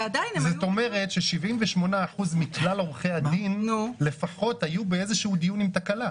זאת אומרת 78% מכלל עורכי הדין לפחות היו באיזשהו דיון עם תקלה.